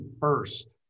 first